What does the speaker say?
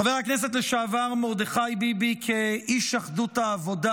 חבר הכנסת לשעבר מרדכי ביבי כאיש אחדות העבודה